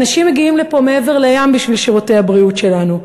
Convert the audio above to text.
אנשים מגיעים לפה מעבר לים בשביל שירותי הבריאות שלנו,